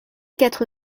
quatre